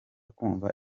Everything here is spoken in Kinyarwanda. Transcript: kumva